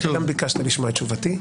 אתה גם ביקשת לשמוע את תשובתי.